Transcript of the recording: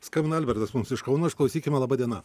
skambina albertas mums iš kauno išklausykime laba diena